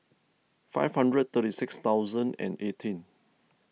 five hundred thirty six thousand and eighteen